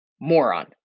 moron